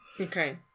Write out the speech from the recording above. Okay